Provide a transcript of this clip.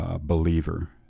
believer